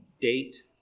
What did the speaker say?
date